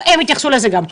נכון, הם יתייחסו לזה גם.